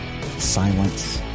Silence